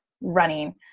running